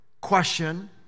question